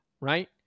right